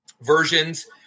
versions